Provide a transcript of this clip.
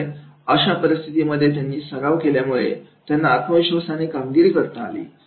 त्यामुळे अशा परिस्थितीमध्ये त्यांनी सराव केल्यामुळे त्यांना आत्मविश्वासाने कामगिरी करता आली